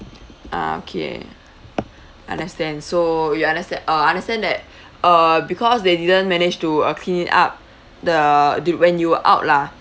ah okay understand so you understand uh I understand that uh because they didn't manage to uh clean it up the did when you were out lah